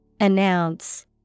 Announce